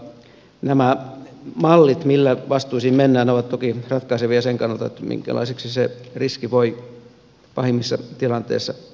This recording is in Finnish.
mutta nämä mallit millä vastuisiin mennään ovat toki ratkaisevia sen kannalta minkälaiseksi se riski voi pahimmissa tilanteissa osoittautua